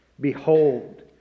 Behold